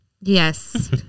Yes